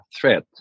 threat